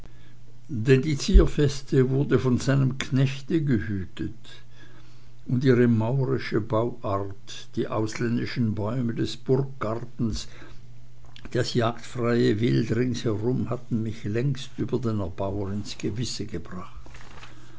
denn die zierfeste wurde von seinem knechte gehütet und ihre maurische bauart die ausländischen bäume des burggartens das jagdfreie wild ringsherum hatten mich längst über den erbauer ins gewisse gebracht